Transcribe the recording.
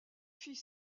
filles